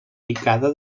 picada